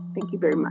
thank you very